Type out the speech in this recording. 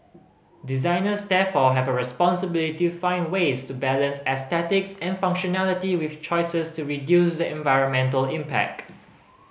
designers therefore have a responsibility find ways to balance aesthetics and functionality with choices to reduce the environmental impact